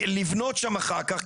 לבנות שם אחר כך,